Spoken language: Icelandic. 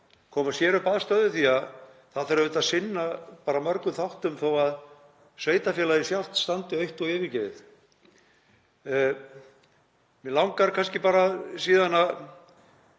koma sér upp aðstöðu því að það þarf auðvitað að sinna mörgum þáttum þó að sveitarfélagið sjálft standi autt og yfirgefið. Mig langar síðan að